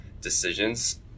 decisions